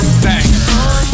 banger